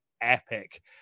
epic